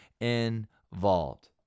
involved